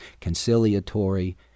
conciliatory